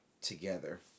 together